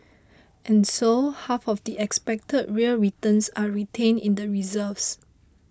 and so half of the expected real returns are retained in the reserves